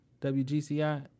WGCI